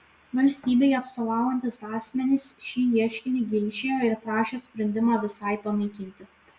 valstybei atstovaujantys asmenys šį ieškinį ginčijo ir prašė sprendimą visai panaikinti